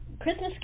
Christmas